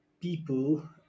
people